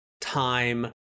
time